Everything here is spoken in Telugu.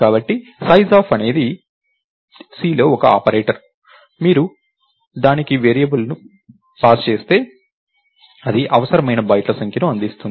కాబట్టి sizeof అనేది Cలో ఒక ఆపరేటర్ మీరు దానికి వేరియబుల్ను పాస్ చేస్తే అది అవసరమైన బైట్ల సంఖ్యను అందిస్తుంది